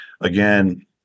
again